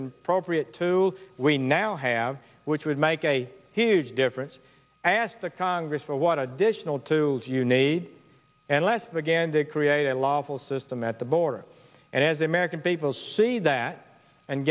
and appropriate to we now have which would make a huge difference i asked the congress for what additional two you need and less began to create a lawful system at the border and as the american people see that and